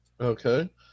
Okay